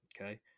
Okay